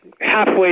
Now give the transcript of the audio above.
halfway